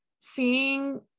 seeing